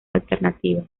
alternativa